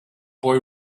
boy